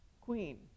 queen